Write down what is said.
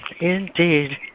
Indeed